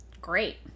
great